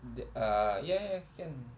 the uh ya ya can